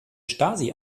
stasi